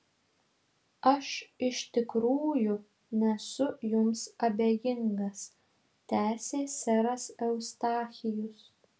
aš iš tikrųjų nesu jums abejingas tęsė seras eustachijus